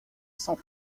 sans